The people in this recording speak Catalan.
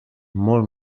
molt